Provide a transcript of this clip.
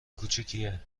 کوچیکیه